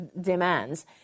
demands